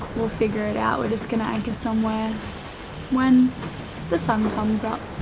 we'll figure it out. we're just gonna anchor somewhere when the sun comes up.